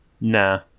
Nah